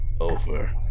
over